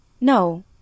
No